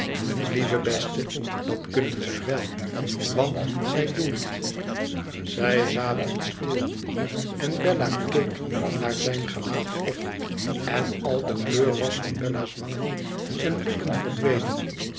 lieve beste dat kunnen zij wel want zij doen het zij zaten stil nu en bella keek naar zijn gelaat op en al de kleur was van bella's wangen en lippen verdwenen